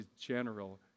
general